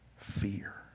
fear